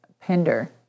Pender